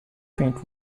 paint